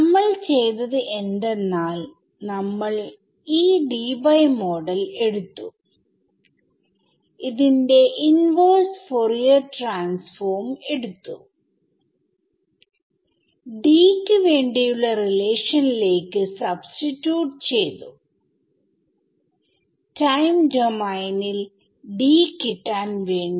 നമ്മൾ ചെയ്തത് എന്തെന്നാൽ നമ്മൾ ഈ ഡീബൈ മോഡൽ എടുത്തു ഇതിന്റെ ഇൻവെർസ് ഫോറിയർ ട്രാൻസ്ഫോം എടുത്തു D ക്ക് വേണ്ടിയുള്ള റിലേഷനിലേക്ക് സബ്സ്റ്റിട്യൂട്ട് ചെയ്തു ടൈം ഡോമൈനിൽ D കിട്ടാൻ വേണ്ടി